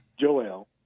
Joel